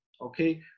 Okay